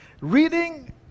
Reading